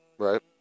Right